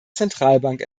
zentralbank